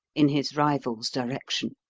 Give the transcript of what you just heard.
in his rival's direction.